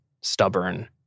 stubborn